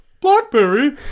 Blackberry